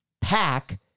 pack